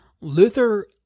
Luther